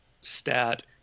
stat